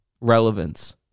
Relevance